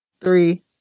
Three